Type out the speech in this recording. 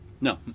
No